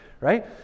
right